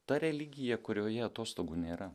ta religija kurioje atostogų nėra